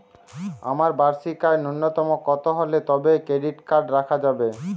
আমার বার্ষিক আয় ন্যুনতম কত হলে তবেই ক্রেডিট কার্ড রাখা যাবে?